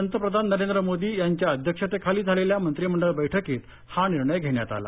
पंतप्रधान नरेंद्र मोदी यांच्या अध्यक्षतेखाली झालेल्या मंत्रिमंडळ बैठकीत हा निर्णय घेण्यात आला